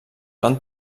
van